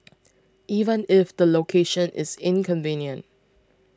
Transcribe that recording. even if the location is inconvenient